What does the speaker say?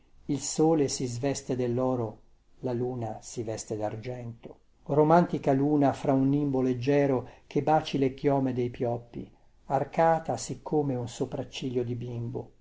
il sole si sveste delloro la luna si veste dargento romantica luna fra un nimbo leggiero che baci le chiome dei pioppi arcata siccome un sopracciglio di bimbo